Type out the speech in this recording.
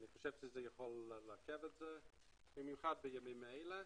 זה יכול לעכב, במיוחד בימים אלה.